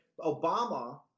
Obama